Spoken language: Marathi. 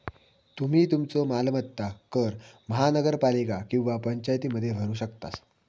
तुम्ही तुमचो मालमत्ता कर महानगरपालिका किंवा पंचायतीमध्ये भरू शकतास